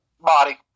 Body